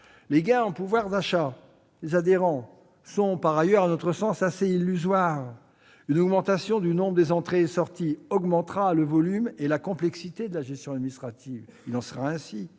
les gains de pouvoir d'achat des adhérents sont, à notre sens, assez illusoires. L'augmentation du nombre des entrées et des sorties accroîtra le volume et la complexité de la gestion administrative. Il en résultera